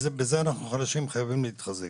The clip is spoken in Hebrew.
בזה אנחנו חלשים, חייבים להתחזק.